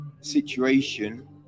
situation